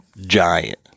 giant